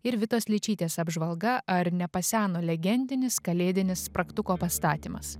ir vitos ličytės apžvalga ar nepaseno legendinis kalėdinis spragtuko pastatymas